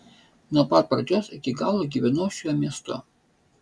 nuo pat pradžios iki galo gyvenau šiuo miestu